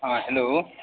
हॅं हेलो